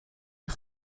een